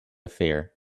fair